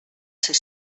ser